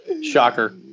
Shocker